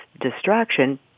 distraction